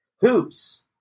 Hoops